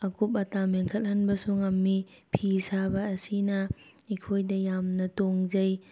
ꯑꯀꯨꯞ ꯑꯇꯥ ꯃꯦꯟꯈꯠꯍꯟꯕꯁꯨ ꯉꯝꯃꯤ ꯐꯤ ꯁꯥꯕ ꯑꯁꯤꯅ ꯑꯩꯈꯣꯏꯗ ꯌꯥꯝꯅ ꯇꯣꯡꯖꯩ